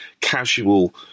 casual